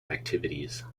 activities